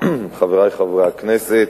חברי חברי הכנסת,